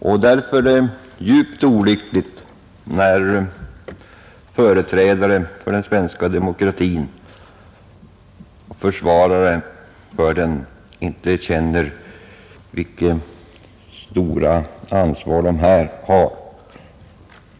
Det är djupt olyckligt när företrädare för och försvarare av den svenska demokratin inte känner vilket stort ansvar de här har.